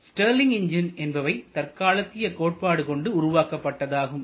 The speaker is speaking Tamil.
ஸ்டெர்லிங் என்ஜின் என்பவை தற்காலத்திய கோட்பாடு கொண்டு உருவாக்கப்பட்டதாகும்